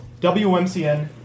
WMCN